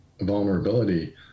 vulnerability